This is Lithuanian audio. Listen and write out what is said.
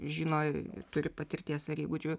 žino turi patirties ar įgūdžių